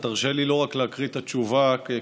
אתה תרשה לי לא רק להקריא את התשובה כפי